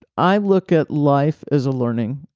i look at life as a learning.